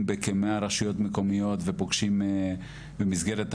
בכמאה רשויות מקומיות ופוגשים במסגרת הרצאות,